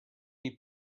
you